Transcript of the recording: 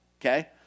okay